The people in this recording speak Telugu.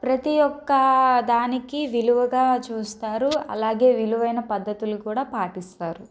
ప్రతీ ఒక్క దానికి విలువగా చూస్తారు అలాగే విలువైన పద్ధతులు పాటిస్తారు